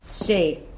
Say